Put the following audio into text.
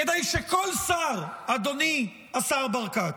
כדי שכל שר, אדוני השר ברקת,